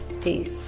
Peace